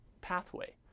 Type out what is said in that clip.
pathway